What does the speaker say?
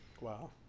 Wow